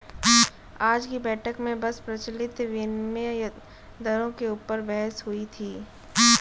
आज की बैठक में बस प्रचलित विनिमय दरों के ऊपर बहस हुई थी